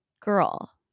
girl